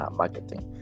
marketing